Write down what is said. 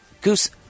Goose